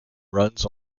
runs